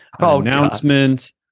announcement